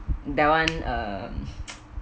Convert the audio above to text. that one um